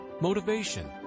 motivation